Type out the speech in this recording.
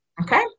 Okay